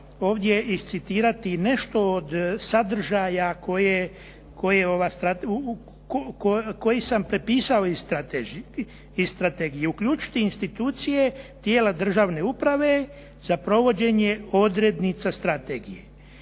ovdje iscitirati i nešto od sadržaja koji sam prepisao iz strategije, uključiti institucije tijela državne uprave za provođenje odrednica strategije.